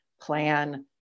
plan